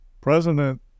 President